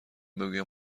بگویم